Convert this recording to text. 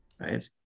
Right